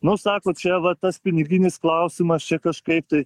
nu sako čia va tas piniginis klausimas čia kažkaip tai